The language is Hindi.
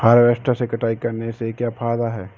हार्वेस्टर से कटाई करने से क्या फायदा है?